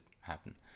happen